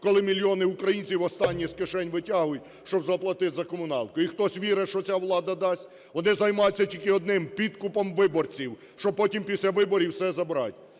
коли мільйони українців останнє з кишень витягують, щоб заплатити за комуналку. І хтось вірить, що ця влада дасть? Вони займаються тільки одним – підкупом виборців, щоб потім після виборів все забрати.